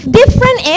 different